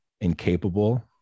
incapable